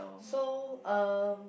so um